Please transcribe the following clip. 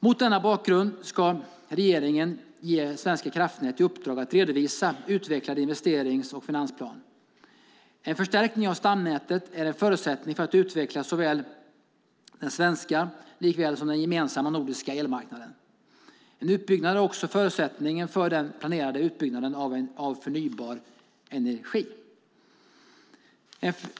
Mot denna bakgrund ska regeringen ge Svenska kraftnät i uppdrag att redovisa en utvecklad investerings och finansplan. En förstärkning av stamnätet är en förutsättning för att utveckla såväl den svenska som den gemensamma nordiska elmarknaden. En förstärkning är också förutsättningen för den planerade utbyggnaden av förnybar energi.